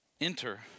Enter